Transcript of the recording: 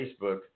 Facebook